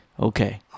Okay